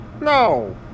No